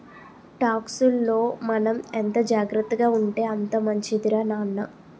టాక్సుల్లో మనం ఎంత జాగ్రత్తగా ఉంటే అంత మంచిదిరా నాన్న